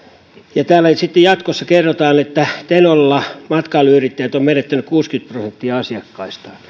ja täällä sitten jatkossa kerrotaan että tenolla matkailuyrittäjät on menettäneet kuusikymmentä prosenttia asiakkaistaan